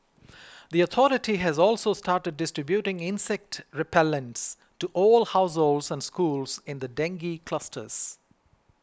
the authority has also started distributing insect repellents to all households and schools in the dengue clusters